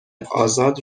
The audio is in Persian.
آزاد